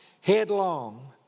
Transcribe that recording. headlong